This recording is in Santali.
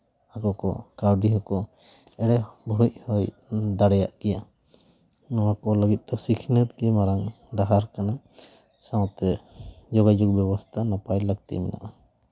ᱟᱠᱚ ᱠᱚ ᱠᱟᱹᱣᱰᱤ ᱦᱚᱸᱠᱚ ᱚᱸᱲᱮ ᱵᱷᱩᱲᱩᱡ ᱦᱩᱭ ᱫᱟᱲᱮᱭᱟᱜ ᱜᱮᱭᱟ ᱱᱚᱣᱟ ᱠᱚ ᱞᱟᱹᱜᱤᱫ ᱫᱚ ᱥᱤᱠᱷᱱᱟᱹᱛ ᱜᱮ ᱢᱟᱨᱟᱝ ᱰᱟᱦᱟᱨ ᱠᱟᱱᱟ ᱥᱟᱶᱛᱮ ᱡᱚᱜᱟᱡᱳᱜᱽ ᱵᱮᱵᱚᱥᱛᱷᱟ ᱱᱟᱯᱟᱭ ᱞᱟᱹᱠᱛᱤ ᱢᱮᱱᱟᱜᱼᱟ